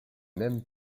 même